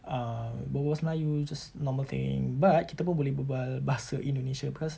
um berbual bahasa melayu just a normal thing but kita pun boleh berbual bahasa indonesia because